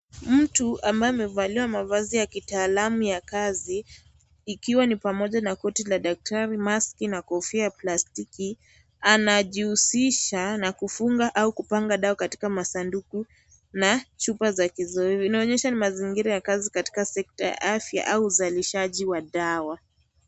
Mtu ambaye amevalia mavazi ya kitaalamu ya kazi ikiwa ni pamoja na kati la daktari, maski na kofia ya plastiki. Anajihusisha na kumfunga au kupangwa dawa katika masanduku na Chupa ya kiozezi. inaonyesha mazingira ya kazi katika sekta ya afya au uzalishaji wa dawa.